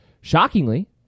shockingly